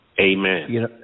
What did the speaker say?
Amen